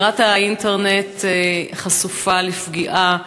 זירת האינטרנט חשופה לפגיעה,